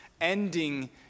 ending